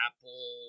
Apple